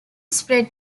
spread